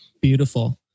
beautiful